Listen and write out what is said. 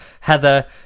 Heather